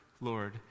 Lord